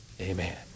Amen